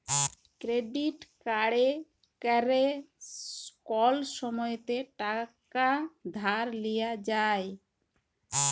credit কাড়ে ক্যরে কল সময়তে টাকা ধার লিয়া যায়